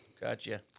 Gotcha